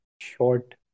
short